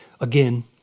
again